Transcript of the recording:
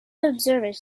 observers